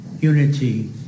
unity